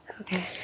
Okay